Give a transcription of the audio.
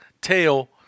tail